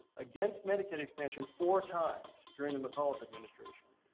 against medicaid expansion four times during the mcauliffe administration.